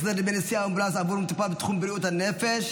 החזר דמי נסיעה באמבולנס עבור מטופל בתחום בריאות הנפש),